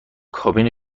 کابین